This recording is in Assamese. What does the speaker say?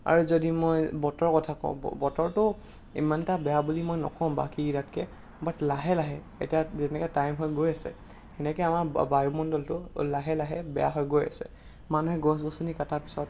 আৰু যদি মই বতৰ কথা কওঁ বতৰটো ইমানটা বেয়া বুলি মই নকওঁ বাকীকেইটাতকৈ বাট লাহে লাহে এতিয়া যেনেকৈ টাইম হৈ গৈ আছে সেনেকৈ আমাৰ বায়ুমণ্ডলটো লাহে লাহে বেয়া হৈ গৈ আছে মানুহে গছ গছনি কটাৰ পিছত